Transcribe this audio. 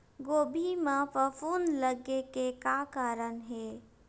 गोभी म फफूंद लगे के का कारण हे?